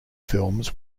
films